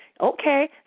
Okay